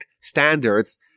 standards